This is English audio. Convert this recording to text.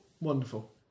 wonderful